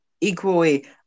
Equally